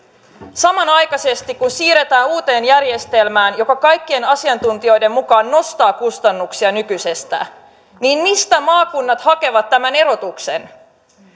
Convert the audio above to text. samanaikaisesti kun siirrytään uuteen järjestelmään joka kaikkien asiantuntijoiden mukaan nostaa kustannuksia nykyisestään niin mistä maakunnat hakevat tämän erotuksen